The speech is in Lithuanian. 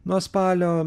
nuo spalio